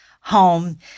home